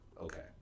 Okay